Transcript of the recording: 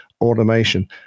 Automation